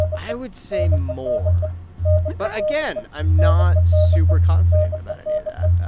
i would say more but again, i'm not super confident about any of that.